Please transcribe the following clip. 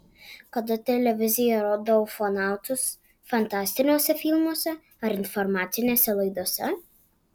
kada televizija rodo ufonautus fantastiniuose filmuose ar informacinėse laidose